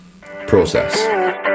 Process